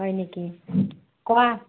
হয় নেকি কোৱা